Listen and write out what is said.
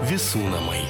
visų namai